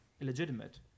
illegitimate